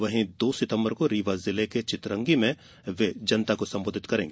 वहीं दो सितम्बर को रीवा जिले को चितरंगी में जनता को संबोधित करेंगे